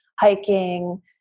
hiking